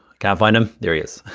can't find him, there he is,